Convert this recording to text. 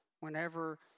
Whenever